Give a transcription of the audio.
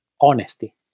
honesty